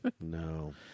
No